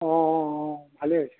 অ' অ' ভালেই